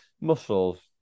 muscles